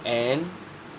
and